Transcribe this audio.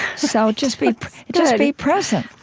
so just be just be present.